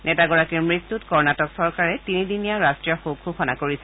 নেতাগৰাকীৰ মৃত্যুত কৰ্ণাটক চৰকাৰে তিনিদিনীয়া ৰাষ্ট্ৰীয় শোক ঘোষণা কৰিছে